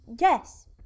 Yes